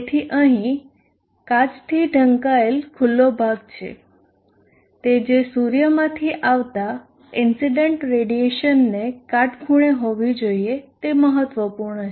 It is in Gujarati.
તેથી અહીં કાચથી ઢંકાયેલ ખુલ્લો ભાગ છે તે જે સૂર્યમાંથી આવતા ઇન્સીડેંટ રેડિયેશનને કાટખૂણે હોવી જોઈએ તે મહત્વપૂર્ણ છે